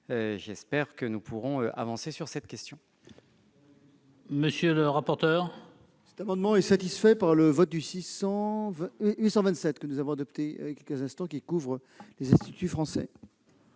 J'espère ainsi que nous pourrons avancer sur cette question.